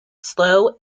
slow